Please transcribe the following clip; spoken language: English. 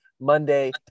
Monday